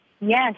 Yes